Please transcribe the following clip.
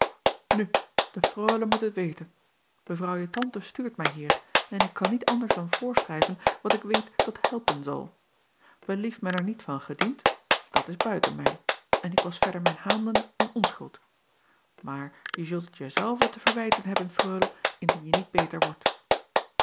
nu de reule moet het weten evrouw je tante stuurt mij hier en ik kan niet anders dan voorschrijven wat ik weet dat helpen zal elieft men er niet van gediend dat is buiten mij en ik wasch verder mijn handen in onschuld aar je zult het je zelve te verwijten hebben reule indien je niet beter wordt